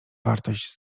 wartość